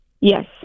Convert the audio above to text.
Yes